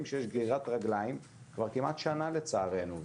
שיש גרירת רגליים כבר כמעט שנה לצערנו.